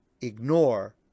ignore